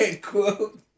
quote